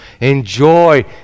Enjoy